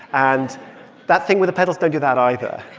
and that thing with the pedals, don't do that either.